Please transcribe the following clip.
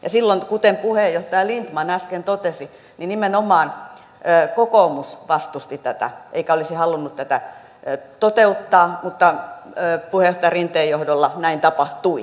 ja silloin kuten puheenjohtaja lindtman äsken totesi nimenomaan kokoomus vastusti tätä eikä olisi halunnut tätä toteuttaa mutta puheenjohtaja rinteen johdolla näin tapahtui